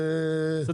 אתה